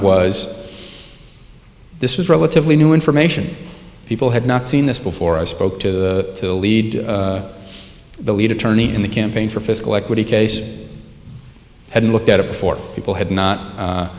was this was relatively new information people had not seen this before i spoke to the lead the lead attorney in the campaign for fiscal equity case hadn't looked at it before people had not